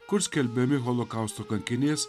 kur skelbiami holokausto kankinės